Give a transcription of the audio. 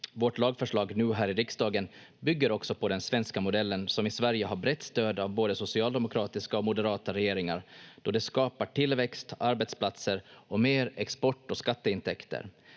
Vårt lagförslag nu här i riksdagen bygger också på den svenska modellen som i Sverige har brett stöd av både socialdemokratiska och moderata regeringar, då den skapar tillväxt, arbetsplatser och mer export- och skatteintäkter.